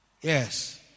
Yes